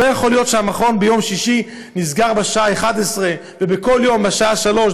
לא יכול להיות שהמכון נסגר ביום שישי בשעה 11:00 ובכל יום בשעה 15:00,